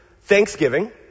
thanksgiving